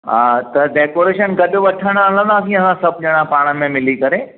हा त डेकोरेशन गॾु वठणु हलंदासीं असां सब ॼणा पाण में मिली करे